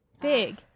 big